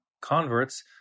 converts